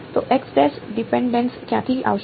તો ડીપેનડેન્સ ક્યાંથી આવશે